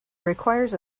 requires